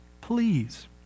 Please